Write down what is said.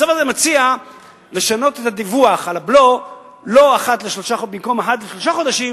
הצו הזה מציע לשנות את הדיווח על הבלו במקום אחת לשלושה חודשים,